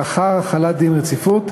לאחר החלת דין רציפות,